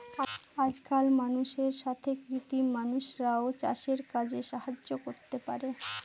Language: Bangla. আজকাল মানুষের সাথে কৃত্রিম মানুষরাও চাষের কাজে সাহায্য করতে পারে